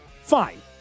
Fine